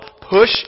push